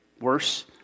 worse